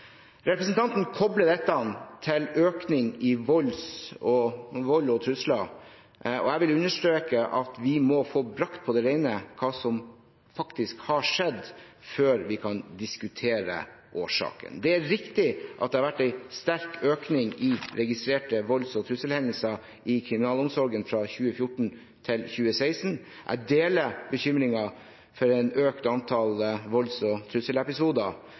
Representanten kobler dette til en økning i antallet volds- og trusselhendelser, og jeg vil understreke at vi må få brakt på det rene hva som faktisk har skjedd, før vi kan diskutere årsaken. Det er riktig at det har vært en sterk økning i registrerte volds- og trusselhendelser i kriminalomsorgen fra 2014 til 2016. Jeg deler bekymringen for et økt antall volds- og trusselepisoder.